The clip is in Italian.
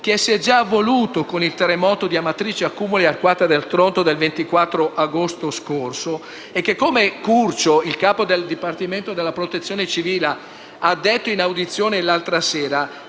che si è già voluto con il terremoto di Amatrice, Accumuli e Arquata del Tronto del 24 agosto scorso e che, come Curcio (il capo del Dipartimento della protezione civile) ha detto in audizione l'altra sera,